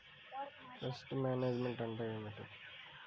Pest management అంటే ఏమిటి?